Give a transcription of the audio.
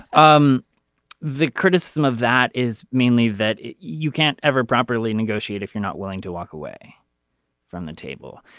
um the criticism of that is mainly that you can't ever properly negotiate if you're not willing to walk away from the table.